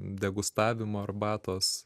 degustavimo arbatos